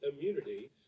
immunity